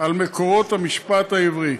על מקורות המשפט העברי.